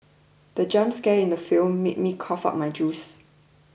the jump scare in the film made me cough out my juice